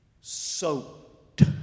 soaked